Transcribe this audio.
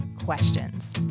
questions